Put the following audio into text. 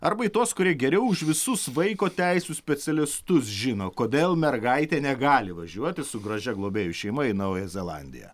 arba į tuos kurie geriau už visus vaiko teisių specialistus žino kodėl mergaitė negali važiuoti su gražia globėjų šeima į naująją zelandiją